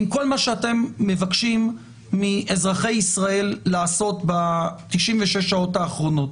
עם כל מה שאתם מבקשים מאזרחי ישראל לעשות ב-96 השעות האחרונות,